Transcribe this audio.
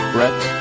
Brett